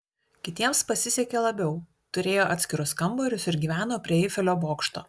kitiems pasisekė labiau turėjo atskirus kambarius ir gyveno prie eifelio bokšto